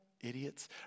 Idiots